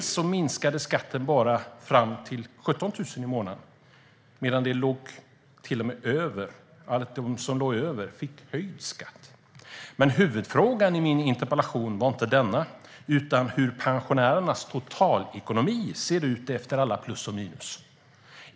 Skatten minskade bara för dem med pension upp till 17 000 i månaden medan alla som låg däröver fick höjd skatt. Men huvudfrågan i min interpellation var inte denna utan hur pensionärernas totalekonomi ser ut efter alla plus och minus.